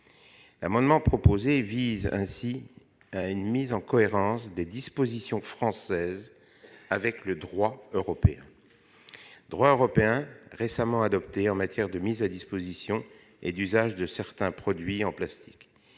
amendement vise donc à mettre en cohérence les dispositions françaises avec le droit européen récemment modifié en matière de mise à disposition et d'usage de certains produits en plastique.